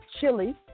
chili